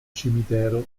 cimitero